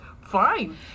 Fine